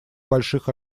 больших